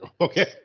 Okay